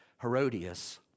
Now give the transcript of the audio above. Herodias